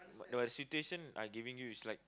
the situation I giving you is like